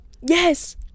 yes